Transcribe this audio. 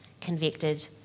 convicted